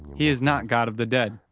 he is not god of the dead.